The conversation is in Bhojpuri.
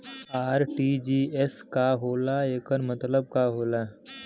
आर.टी.जी.एस का होला एकर का मतलब होला?